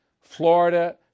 Florida